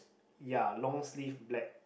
ya long sleeve black